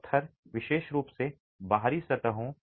पत्थर विशेष रूप से बाहरी सतहों